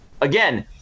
Again